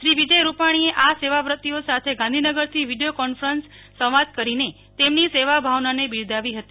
શ્રી વિજયભાઇ રૂપાણીએ આ સેવાવ્રતીઓ સાથે ગાંધીનગરથી વિડીયો કોન્ફરન્સ સંવાદ કરીને તેમની સેવાભાવનાને બિરદાવી હતી